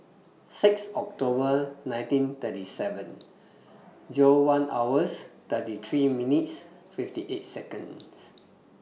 six October nineteen thirty seven Zero one hours thirty three minutes fifty eight Seconds